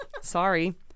Sorry